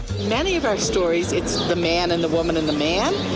many of our stories, it's the man and the woman and the man,